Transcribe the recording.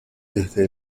desde